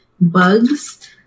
bugs